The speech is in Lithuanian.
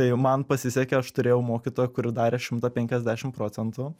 tai man pasisekė aš turėjau mokytoją kuri darė šimtą penkiasdešim procentų